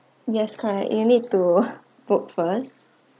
yes correct you need to book first